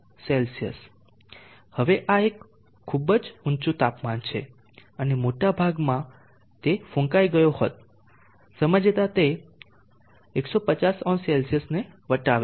હવે આ એક ખૂબ જ ઊંચું તાપમાન છે અને મોટાભાગના ભાગમાં તે ફૂંકાઈ ગયો હોત સમય જતાં તે 1500C વટાવે છે